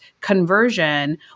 conversion